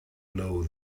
know